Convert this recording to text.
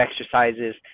exercises